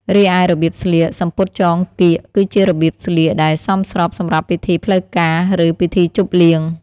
រីឯរបៀបស្លៀក សំពត់ចងកៀក គឺជារបៀបស្លៀកដែលសមស្របសម្រាប់ពិធីផ្លូវការឬពិធីជប់លៀង។